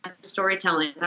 storytelling